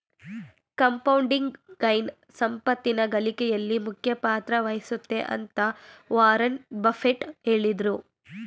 compounding gain ಸಂಪತ್ತಿನ ಗಳಿಕೆಯಲ್ಲಿ ಮುಖ್ಯ ಪಾತ್ರ ವಹಿಸುತ್ತೆ ಅಂತ ವಾರನ್ ಬಫೆಟ್ ಹೇಳಿದ್ರು